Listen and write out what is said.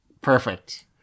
Perfect